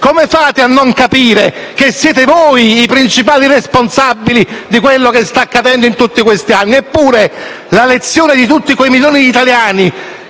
Come fate a non capire che siete voi i principali responsabili di quello che sta accadendo in tutti questi anni? Eppure avreste dovuto capire almeno la lezione